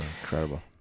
Incredible